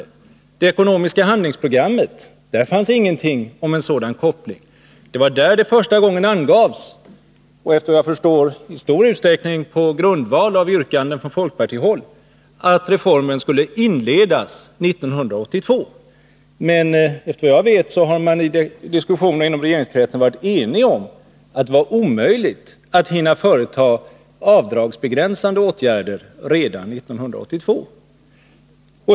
I det ekonomiska handlingsprogrammet fanns ingenting om en sådan koppling. Det var där det första gången angavs, efter vad jag förstår i stor utsträckning på grundval av yrkanden från folkpartihåll, att reformen skulle inledas 1982. Såvitt jag vet har man i diskussioner inom regeringskansliet varit enig om att det var omöjligt att hinna företa avdragsbegränsande åtgärder redan 1982.